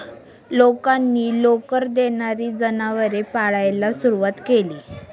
लोकांनी लोकर देणारी जनावरे पाळायला सुरवात केली